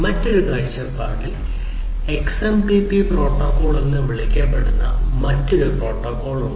മറ്റൊരു കാഴ്ചപ്പാടിൽ XMPP protocol എന്ന് വിളിക്കപ്പെടുന്ന മറ്റൊരു പ്രോട്ടോക്കോൾ ഉണ്ട്